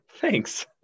thanks